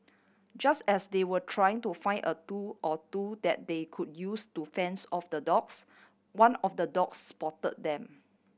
just as they were trying to find a tool or two that they could use to fends off the dogs one of the dogs spot them